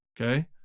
Okay